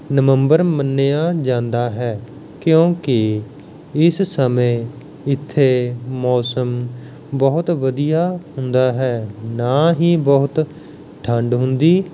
ਨਵੰਬਰ ਮੰਨਿਆ ਜਾਂਦਾ ਹੈ ਕਿਉਂਕਿ ਇਸ ਸਮੇਂ ਇੱਥੇ ਮੌਸਮ ਬਹੁਤ ਵਧੀਆ ਹੁੰਦਾ ਹੈ ਨਾ ਹੀ ਬਹੁਤ ਠੰਡ ਹੁੰਦੀ